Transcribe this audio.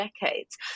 decades